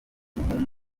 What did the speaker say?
n’umuhungu